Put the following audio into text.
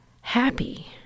happy